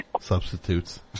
substitutes